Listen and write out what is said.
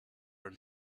run